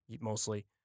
mostly